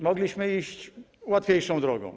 Mogliśmy iść łatwiejszą drogą.